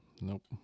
Nope